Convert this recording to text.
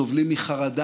הם סובלים מחרדה,